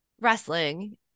wrestling